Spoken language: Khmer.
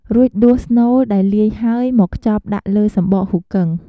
រួចដួសស្នូលដែលលាយហើយ មកខ្ចប់ដាក់លើសំបកហ៊ូគឹង។